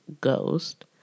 ghost